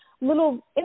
little